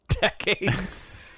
decades